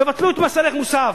תבטלו את מס ערך מוסף,